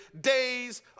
days